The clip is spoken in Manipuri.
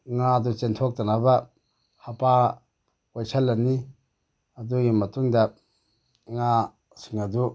ꯉꯥꯗꯨ ꯆꯦꯟꯊꯣꯛꯇꯅꯕ ꯍꯕ꯭ꯔꯥ ꯀꯣꯏꯁꯤꯜꯂꯅꯤ ꯑꯗꯨꯒꯤ ꯃꯇꯨꯡꯗ ꯉꯥꯁꯤꯡ ꯑꯗꯨ